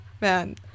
Man